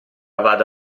vado